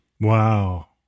wow